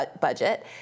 budget